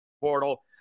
portal